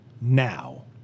now